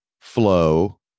flow